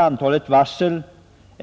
allmänna nedgången är flera.